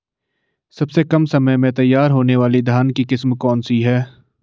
सबसे कम समय में तैयार होने वाली धान की किस्म कौन सी है?